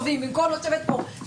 כשלא אומרים פה את האמת,